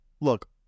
look